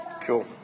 Cool